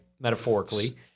metaphorically